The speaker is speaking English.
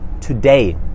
today